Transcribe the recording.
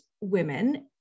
women